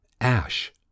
Ash